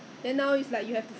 很难找人 that's true lah hor